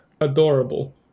Adorable